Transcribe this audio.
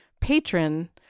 patron